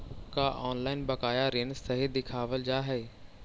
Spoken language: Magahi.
का ऑनलाइन बकाया ऋण सही दिखावाल जा हई